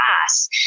class